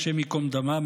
השם ייקום דמה,